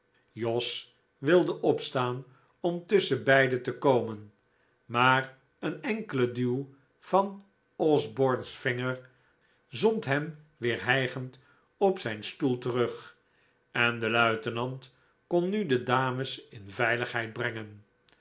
jos wilde opstaan om tusschen beide te komen maar een enkele duw van osborne's vinger zond hem weer hijgend op zijn stoel terug en de luitenant kon nu de dames in veiligheid brengen